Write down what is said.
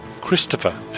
Christopher